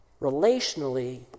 relationally